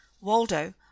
waldo